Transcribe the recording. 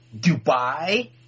Dubai